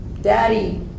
daddy